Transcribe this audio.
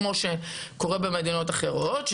כמו שקורה במדינות אחרות,